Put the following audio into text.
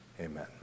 Amen